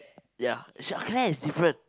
ya she uh Claire is different